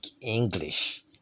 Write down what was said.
english